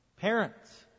Parents